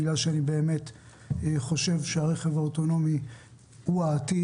בגלל שאני באמת חושב שהרכב האוטונומי הוא העתיד,